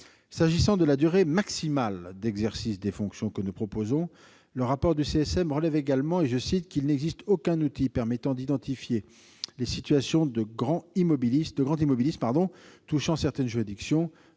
S'agissant de la durée maximale d'exercice des fonctions que nous proposons, le rapport du CSM relève également qu'« il n'existe aucun outil permettant d'identifier les situations de grand immobilisme touchant certaines juridictions,